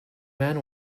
man